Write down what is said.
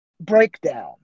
breakdown